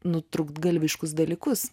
nutrūktgalviškus dalykus